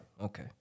Okay